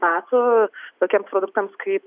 metų tokiems produktams kaip